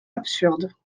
absurde